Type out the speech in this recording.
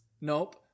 Nope